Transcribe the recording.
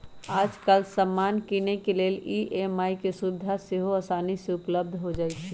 याजकाल समान किनेके लेल ई.एम.आई के सुभिधा सेहो असानी से उपलब्ध हो जाइ छइ